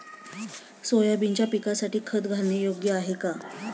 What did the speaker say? सोयाबीनच्या पिकासाठी खत घालणे योग्य आहे का?